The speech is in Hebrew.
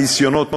הניסיונות נכשלו,